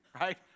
right